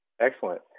Excellent